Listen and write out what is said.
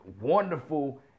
wonderful